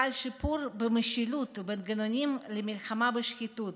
חל שיפור במשילות ובמנגנונים למלחמה בשחיתות,